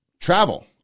travel